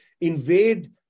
invade